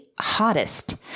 hottest